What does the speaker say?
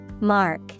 Mark